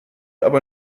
aber